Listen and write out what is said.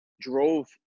drove